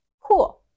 cool